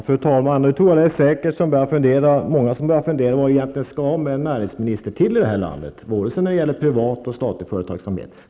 Fru talman! Nu tror jag säkert att det är många som börjar fundera över vad vi egentligen skall med en näringsminister till här i landet, både när det gäller privat och när det gäller statlig företagsamhet.